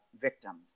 victims